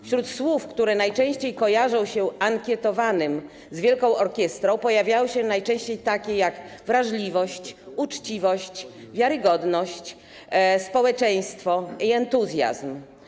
Wśród słów, które najczęściej kojarzą się ankietowanym z wielką orkiestrą, pojawiały się najczęściej takie jak: wrażliwość, uczciwość, wiarygodność, społeczeństwo i entuzjazm.